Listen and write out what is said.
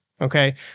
Okay